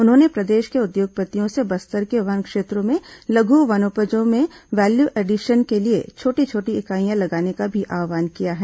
उन्होंने प्रदेश के उद्योगपतियों से बस्तर के वन क्षेत्रों में लघ् वनोपजों में वैल्यू एडिशन के लिए छोटी छोटी इकाइयां लगाने का भी आव्हान किया है